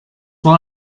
war